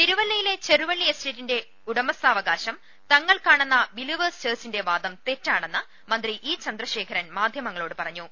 തിരുവല്ലയിലെ ചെറുവള്ളി എസ്റ്റേറ്റിന്റെ ഉടമസ്ഥാവകാശം തങ്ങൾക്കാണെന്ന ബിലീവേഴ്സ് ചർച്ചിന്റെ വാദം തെറ്റാണെന്ന് മന്ത്രി ഇ ചന്ദ്രശേഖരൻ മാധ്യമങ്ങളോട് പറഞ്ഞു